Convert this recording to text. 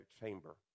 chamber